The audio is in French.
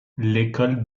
l’école